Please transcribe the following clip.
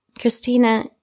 Christina